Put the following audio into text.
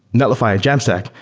netlify, jamstack,